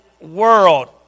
world